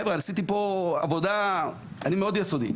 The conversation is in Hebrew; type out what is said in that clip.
חבר'ה, עשיתי פה עבודה, אני מאוד יסודי.